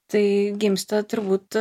tai gimsta turbūt